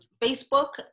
Facebook